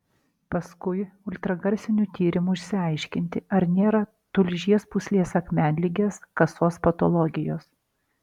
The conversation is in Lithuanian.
paskui ultragarsiniu tyrimu išsiaiškinti ar nėra tulžies pūslės akmenligės kasos patologijos